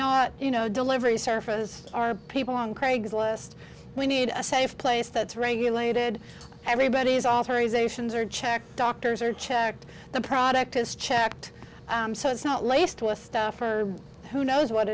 not you know delivery services are people on craig's list we need a safe place that's regulated everybody's authorizations are checked doctors are checked the product is checked so it's not laced with stuff or who knows what